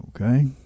Okay